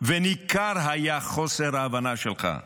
וניכר היה חוסר ההבנה שלך.